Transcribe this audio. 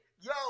Yo